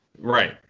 right